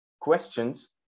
questions